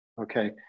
okay